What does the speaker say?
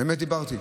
אמת דיברתי?